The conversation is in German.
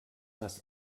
das